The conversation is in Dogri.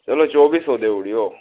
चलो चौह्बी सौ देई ओड़ओ